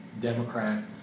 Democrat